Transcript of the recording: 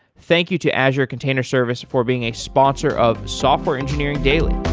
thank you to azure container service for being a sponsor of software engineering daily.